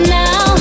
now